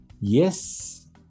yes